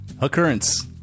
Occurrence